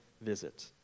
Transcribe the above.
visit